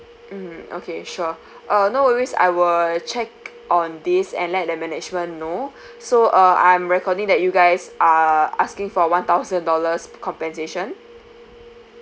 mm okay sure uh no worries I will check on this and let the management know so uh I'm recording that you guys are asking for one thousand dollars compensation